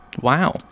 Wow